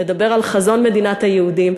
לדבר על חזון מדינת היהודים.